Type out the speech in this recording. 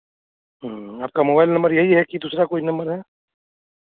आपका mobile number यही है कि दूसरा कोई नंबर है